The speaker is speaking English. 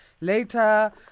later